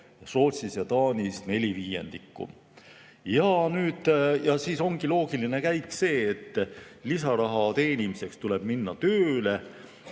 Rootsis ja Taanis 4/5. Ja nii ongi loogiline käik see, et lisaraha teenimiseks tuleb minna tööle,